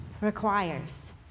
requires